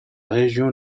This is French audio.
région